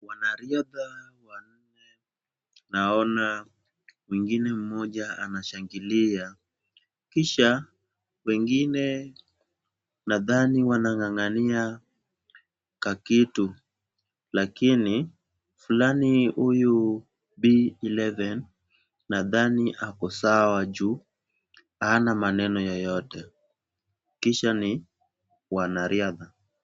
Wanariadha wanne naona mwingine mmoja anashangilia, kisha wengine nadhani wanang'ang'ania kakitu, lakini fulani huyu B11 , nadhani ako sawa juu hana maneno yoyote, kisha ni wanariadha.